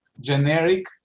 generic